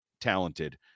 talented